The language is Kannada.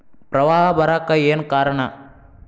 ಪ್ರವಾಹ ಬರಾಕ್ ಏನ್ ಕಾರಣ?